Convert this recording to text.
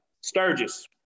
Sturgis